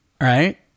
Right